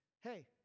hey